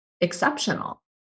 exceptional